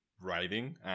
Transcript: Writing